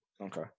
Okay